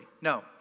No